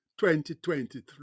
2023